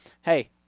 hey